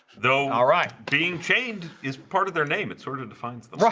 though alright being chained is part of their name it sort of defines them